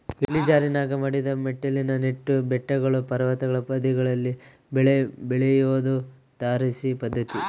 ಇಳಿಜಾರಿನಾಗ ಮಡಿದ ಮೆಟ್ಟಿಲಿನ ನೆಟ್ಟು ಬೆಟ್ಟಗಳು ಪರ್ವತಗಳ ಬದಿಗಳಲ್ಲಿ ಬೆಳೆ ಬೆಳಿಯೋದು ತಾರಸಿ ಪದ್ಧತಿ